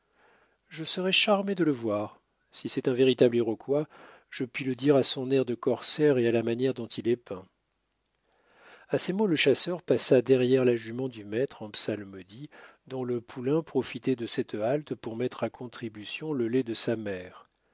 je serais charmé de le voir si c'est un véritable iroquois je puis le dire à son air de corsaire et à la manière dont il est peint à ces mots le chasseur passa derrière la jument du maître en psalmodie dont le poulain profitait de cette halte pour mettre à contribution le lait de sa mère